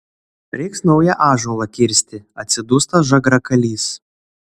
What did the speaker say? reiks naują ąžuolą kirsti atsidūsta žagrakalys